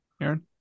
Aaron